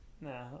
no